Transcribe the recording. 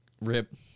rip